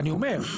אני אומר,